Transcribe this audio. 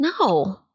no